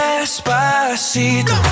Despacito